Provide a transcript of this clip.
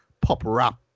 pop-rap